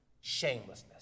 Shamelessness